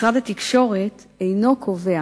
משרד התקשורת אינו קובע